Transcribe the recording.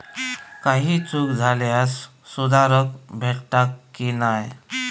काही चूक झाल्यास सुधारक भेटता की नाय?